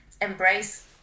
embrace